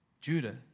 Judah